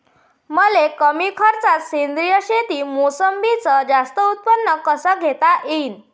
मले कमी खर्चात सेंद्रीय शेतीत मोसंबीचं जास्त उत्पन्न कस घेता येईन?